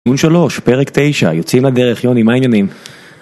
ון שלוש, פרק תשע, יוצאים לדרך, יוני, מה העניינים?